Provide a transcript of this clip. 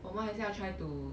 我们还是要 try to